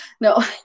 No